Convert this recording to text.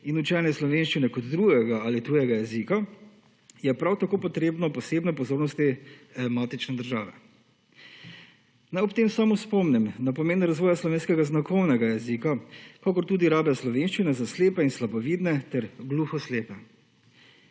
in učenje slovenščine kot drugega ali tujega jezika je prav tako potrebno posebno pozornost matične države. Naj ob tem samo spomnim na pomen razvoja slovenskega znakovnega jezika, kakor tudi rabe slovenščine za slepe in slabovidne ter gluhoslepe.